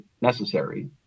necessary